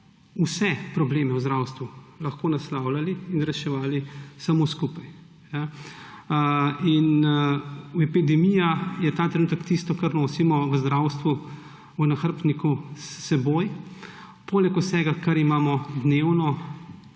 vse probleme v zdravstvu lahko naslavljali in reševali samo skupaj. Epidemija je ta trenutek tisto, kar nosimo v zdravstvu v nahrbtniku s seboj poleg vsega, kar imamo dnevno